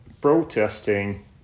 protesting